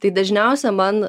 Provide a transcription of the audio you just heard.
tai dažniausia man